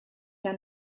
der